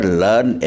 learn